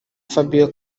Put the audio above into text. fabio